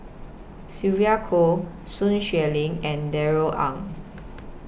Sylvia Kho Sun Xueling and Darrell Ang